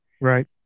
Right